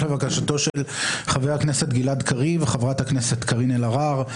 לבקשתו של חבר הכנסת גלעד קריב וחברת הכנסת קארין אלהרר,